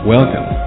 Welcome